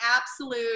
absolute